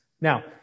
Now